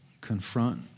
confront